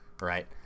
right